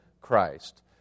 Christ